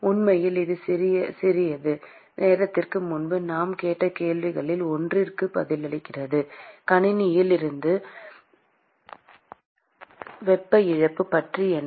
உண்மையில் இது சிறிது நேரத்திற்கு முன்பு நாம் கேட்ட கேள்விகளில் ஒன்றிற்கு பதிலளிக்கிறது கணினியில் இருந்து வெப்ப இழப்பு பற்றி என்ன